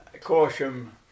Caution